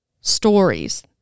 stories